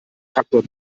faktor